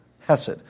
hesed